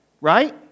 Right